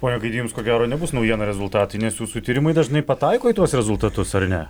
pone gaidy jums ko gero nebus naujiena rezultatai nes jūsų tyrimai dažnai pataiko į tuos rezultatus ar ne